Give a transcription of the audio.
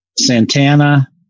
Santana